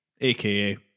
AKA